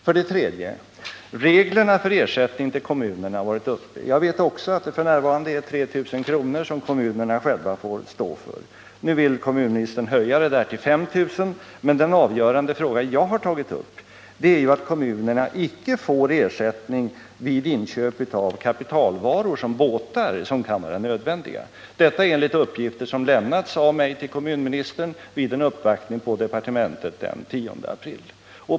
För det tredje har reglerna för ersättning till kommunerna varit uppe. Jag vet också att det f. n. är 3 000 kr. som kommunerna själva får stå för. Nu vill kommunministern höja detta till 5000 kr. Men den avgörande fråga jag har tagit upp är ju att kommunerna icke får ersättning vid inköp av kapitalvaror såsom båtar som kan vara nödvändiga — detta enligt uppgifter som lämnats till mig från kommunministern vid en uppvaktning på departementet den 10 april.